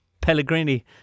Pellegrini